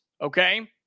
okay